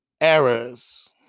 errors